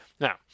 now